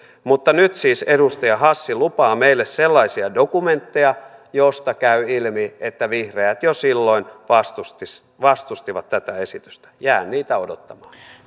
mutta nyt siis edustaja hassi lupaa meille sellaisia dokumentteja joista käy ilmi että vihreät jo silloin vastustivat tätä esitystä jään niitä odottamaan